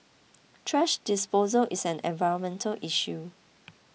thrash disposal is an environmental issue